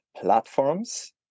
Platforms